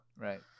Right